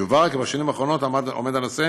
יובהר כי בשנים האחרונות עומד הנושא